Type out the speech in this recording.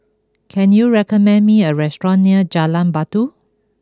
can you recommend me a restaurant near Jalan Batu